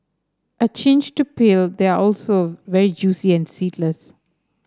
a cinch to peel they are also very juicy and seedless